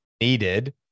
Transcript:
needed